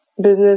business